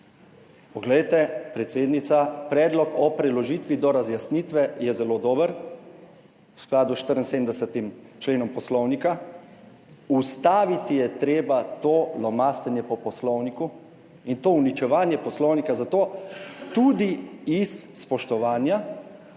Poglejte, predsednica, predlog o preložitvi do razjasnitve je zelo dober, v skladu s 74. členom Poslovnika. Ustaviti je treba to lomastenje po Poslovniku in to uničevanje Poslovnika, zato tudi iz spoštovanja